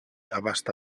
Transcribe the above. abasta